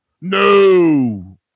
No